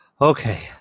Okay